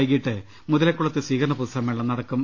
വൈകിട്ട് മുതലകുളത്ത് സ്വീകരണ പൊതുസമ്മേളനം നടക്കും